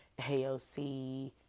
AOC